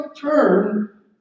turn